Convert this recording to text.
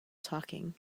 talking